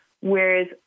Whereas